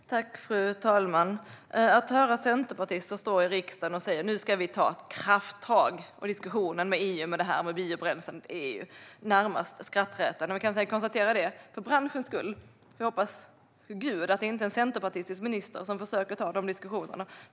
Fru talman! Det är närmast skrattretande att höra centerpartister i riksdagen stå och säga: Nu ska vi ta ett krafttag i diskussionen med EU om biobränslen. För branschens skull får vi vid Gud hoppas att det inte är en centerpartistisk minister som försöker ta de diskussionerna.